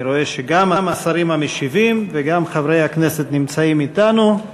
אני רואה שגם השרים המשיבים וגם חברי הכנסת נמצאים אתנו.